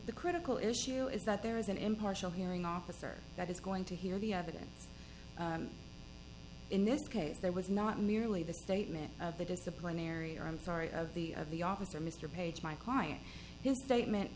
the critical issue is that there is an impartial hearing officer that is going to hear the evidence in this case there was not merely the statement of the disciplinary arm sorry of the of the officer mr page my client his statement